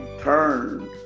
turned